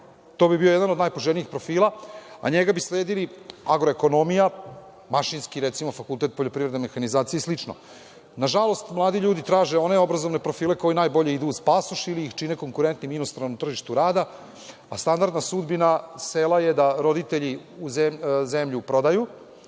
To bi bio jedan od najpoželjnijih profila, a njega bi sledili agroekonomija, mašinski recimo, fakultet poljprivredne mehanizacije. Nažalost, mladi ljudi traže one obrazovne profile koji najbolje idu uz pasoš ili ih čine konkurentnim na inostranom tržištu rada, a standardna sudbina sela je da roditelji zemlju prodaju